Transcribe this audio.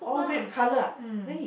put lah mm